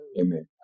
Amen